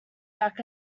back